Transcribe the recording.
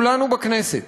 כולנו בכנסת,